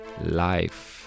life